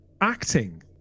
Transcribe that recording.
acting